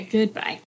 Goodbye